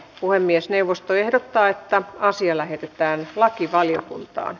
puhemiesneuvosto ehdottaa että asia lähetetään lakivaliokuntaan